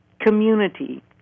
community